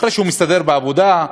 אחרי שהוא מסתדר בעבודה,